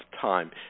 time